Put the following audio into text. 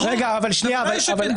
ודאי שכן.